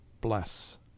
bless